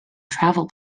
travel